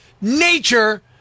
Nature